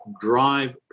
drive